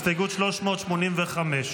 הסתייגות 385